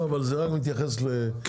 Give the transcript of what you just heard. אבל זה רק מתייחס לאבטלה.